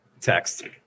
text